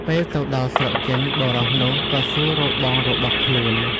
ពេលទៅដល់ស្រុកចិន បុរសនោះក៏សួររកបងរបស់ខ្លួន។